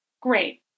Great